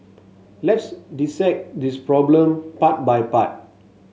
let's dissect this problem part by part